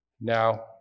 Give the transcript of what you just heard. Now